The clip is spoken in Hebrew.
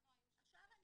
לנו היו חמש נערות שם.